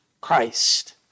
Christ